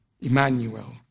Emmanuel